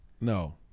No